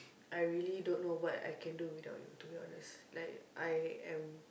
I really don't know what can do without you like I can